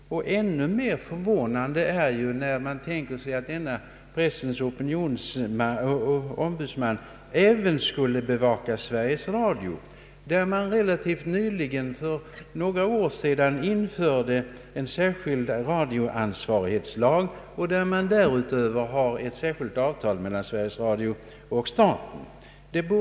Ännu mer förvånande är det att de tänker sig att denne pressombudsman även skulle bevaka Sveriges Radio. För några år sedan infördes en särskild radioansvarighetslag, och därutöver finns avtalet mellan Sveriges Radio och staten.